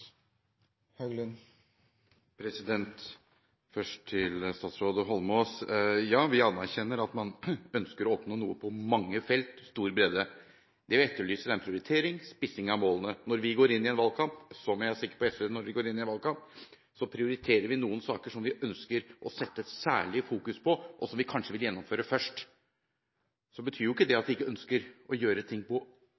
senere tidspunkt. Først til statsråd Eidsvoll Holmås: Ja, vi anerkjenner at man ønsker å oppnå noe på mange felt – med stor bredde. Det vi etterlyser, er en prioritering, en spissing av målene. Når vi går inn i en valgkamp, som jeg er sikker på at også SV gjør når de går inn i en valgkamp, så prioriterer vi noen saker som vi ønsker å sette særlig i fokus, og som vi kanskje vil gjennomføre først. Så betyr ikke det at